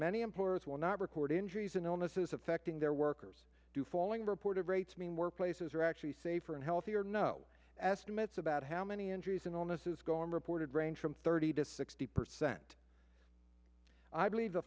many employers will not record injuries and illnesses affecting their workers to falling reported rates mean more places are actually safer and healthier no estimates about how many injuries and illnesses gone reported range from thirty to sixty percent i believe the